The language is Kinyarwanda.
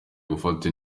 gufata